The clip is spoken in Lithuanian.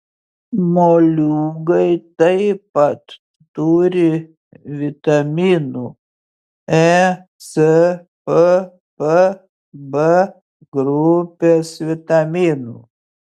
moliūgai taip pat turi vitaminų e c pp b grupės vitaminų